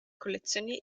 collezioni